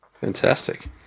Fantastic